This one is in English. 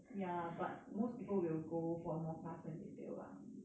ya lah but most people will go for more class when they fail lah